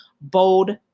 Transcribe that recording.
bold